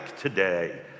today